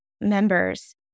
members